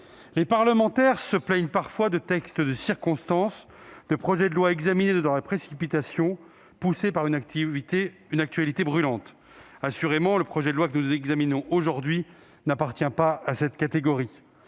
les parlementaires se plaignent parfois de textes de circonstances ou de projets de loi examinés dans la précipitation, poussés par une actualité brûlante. Assurément, le projet de loi que nous examinons aujourd'hui n'appartient pas à cette catégorie.